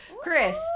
Chris